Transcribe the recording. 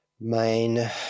main